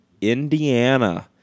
Indiana